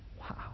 Wow